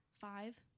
five